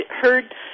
heard